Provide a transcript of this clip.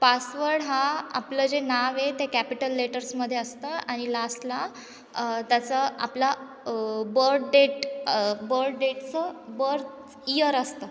password हा आपलं जे नाव आहे ते कॅपिटल लेटर्समध्ये असतं आणि लास्टला त्याचं आपला बर् डेट बर्थ डेटचं बर्थ चं इयर असतं